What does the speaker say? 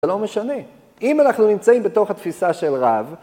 זה לא משנה. אם אנחנו נמצאים בתוך התפיסה של רב...